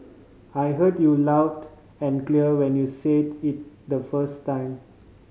I heard you loud and clear when you said it the first time